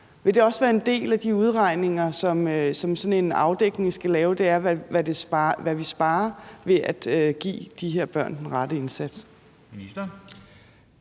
Vil det også være en del af de udregninger, som sådan en afdækning skal indeholde, altså hvad vi sparer ved at give de her børn den rette indsats?